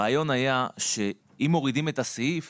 הרעיון היה שאם מורידים את הסעיף